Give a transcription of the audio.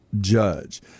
judge